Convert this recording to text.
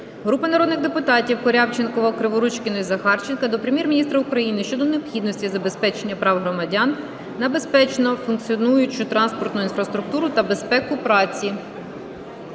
Групи народних депутатів (Корявченкова, Криворучкіної, Захарченка) до Прем'єр-міністра України щодо необхідності забезпечення прав громадян на безпечно функціонуючу транспортну інфраструктуру та безпеку праці